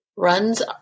runs